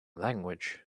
language